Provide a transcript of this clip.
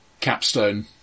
capstone